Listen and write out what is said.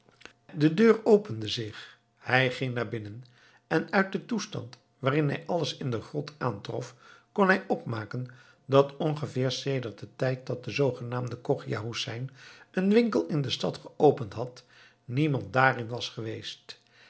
de deur opende zich hij ging naar binnen en uit den toestand waarin hij alles in de grot aantrof kon hij opmaken dat ongeveer sedert den tijd dat de zoogenaamde chogia hoesein een winkel in de stad geopend had niemand daarin was geweest